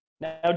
Now